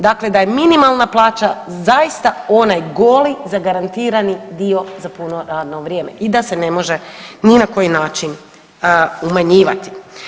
Dakle, da je minimalna plaća zaista onaj goli zagarantirani dio za puno radno vrijeme i da se ne može ni na koji način umanjivati.